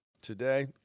Today